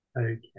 Okay